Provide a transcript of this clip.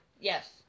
Yes